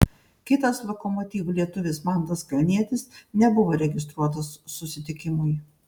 kitas lokomotiv lietuvis mantas kalnietis nebuvo registruotas susitikimui